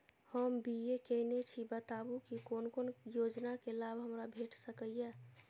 हम बी.ए केनै छी बताबु की कोन कोन योजना के लाभ हमरा भेट सकै ये?